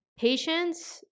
patience